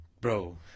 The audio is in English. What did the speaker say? bro